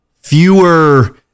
fewer